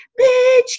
Bitch